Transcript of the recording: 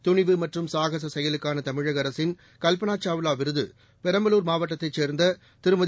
துணிவு மற்றும் சாகச செயலுக்கான தமிழக அரசின் கல்பனா சாவ்வா விருது பெரம்பலூர் மாவட்டத்தைச் சேர்ந்த திருமதி